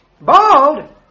Bald